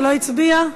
שלא הצביע?